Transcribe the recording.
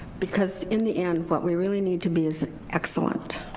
because in the end what we really need to be as excellent.